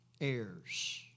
heirs